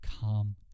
calm